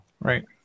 Right